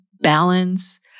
balance